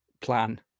plan